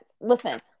Listen